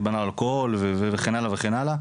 דיברנו על אלכוהול וכן הלאה וכן הלאה